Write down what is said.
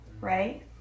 right